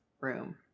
room